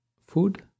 food